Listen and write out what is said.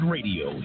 Radio